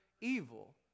evil